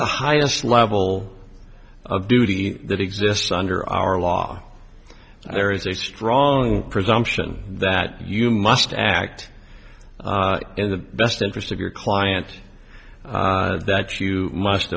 the highest level of duty that exists under our law there is a strong presumption that you must act in the best interest of your client that you must